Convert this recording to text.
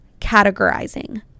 categorizing